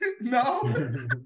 No